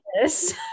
yes